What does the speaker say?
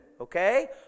okay